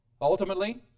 ultimately